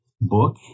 book